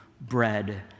bread